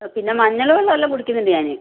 പിന്നെ മഞ്ഞൾ വെളെളമെല്ലാം കുടിക്കുന്നുണ്ട് ഞാൻ